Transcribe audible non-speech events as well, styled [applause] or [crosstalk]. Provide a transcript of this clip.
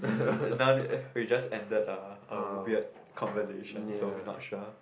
[noise] now uh we just ended ah our weird conversation so we not sure